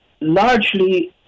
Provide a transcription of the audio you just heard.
largely